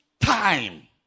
time